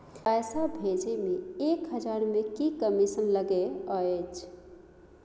पैसा भैजे मे एक हजार मे की कमिसन लगे अएछ?